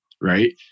right